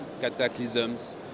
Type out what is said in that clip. Cataclysms